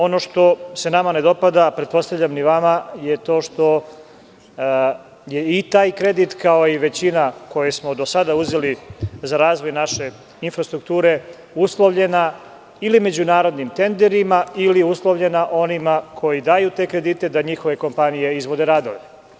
Ono što se nama ne dopada, pretpostavljam ni vama je to što je taj kredit kao i većina koje smo do sada uzeli za razvoj naše infrastrukture uslovljen ili međunarodnim tenderima ili onima koji daju te kredite, da njihove kompanije izvode radove.